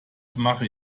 mache